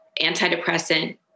antidepressant